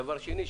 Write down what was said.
דבר שני,